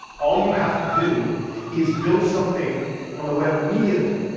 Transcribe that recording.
all you have to do is build something on the web immediately,